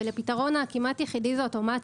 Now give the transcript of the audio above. והפתרון הכמעט יחידי שלה זה אוטומציה.